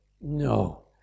No